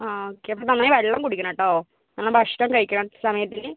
ആ ഓക്കെ അപ്പം നന്നായി വെള്ളം കുടിക്കണം കേട്ടോ നന്നായി ഭക്ഷണം കഴിക്കണം സമയത്തിന്